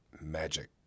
Magic